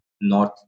north